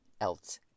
else